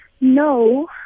no